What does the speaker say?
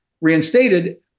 reinstated